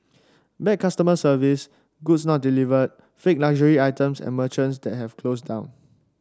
bad customer service goods not delivered fake luxury items and merchants that have closed down